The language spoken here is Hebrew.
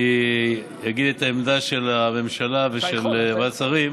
אני אגיד את העמדה של הממשלה ושל ועדת השרים.